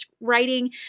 writing